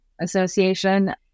association